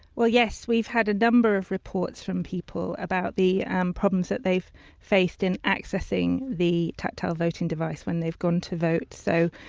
yes, we've had a number of reports from people about the um problems that they've faced in accessing the tactile voting device when they've gone to vote. so,